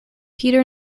peter